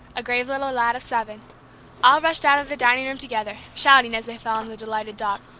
a grave little lad of seven all rushed out of the dining-room together, shouting, as they fell on the delighted dog aw,